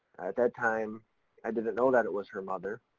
at that time i didn't know that it was her mother,